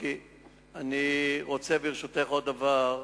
אני רוצה, ברשותך, לשאול עוד דבר: